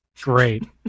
Great